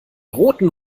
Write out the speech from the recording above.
roten